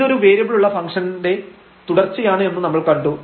ഇത് ഒരു വേരിയബിൾ ഉള്ള ഫംഗ്ഷന്റെതിന്റെ പിന്തുടർച്ചയാണ് എന്ന് നമ്മൾ കണ്ടു